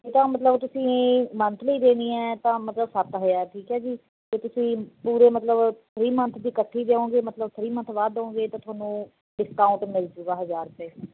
ਇਹ ਤਾਂ ਮਤਲਬ ਤੁਸੀਂ ਮੰਥਲੀ ਦੇਣੀ ਹੈ ਤਾਂ ਮਤਲਬ ਸੱਤ ਹਜ਼ਾਰ ਠੀਕ ਹੈ ਜੀ ਤੁਸੀਂ ਪੂਰੇ ਮਤਲਬ ਥਰੀ ਮੰਥ ਦੀ ਇਕੱਠੀ ਦਿਓਗੇ ਮਤਲਬ ਥਰੀ ਮੰਥ ਬਾਅਦ ਦਿਓਗੇ ਤਾਂ ਤੁਹਾਨੂੰ ਡਿਸਕਾਉਂਟ ਮਿਲਜੁਗਾ ਹਜ਼ਾਰ ਰੁਪਏ ਦਾ